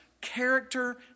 Character